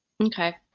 Okay